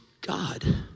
God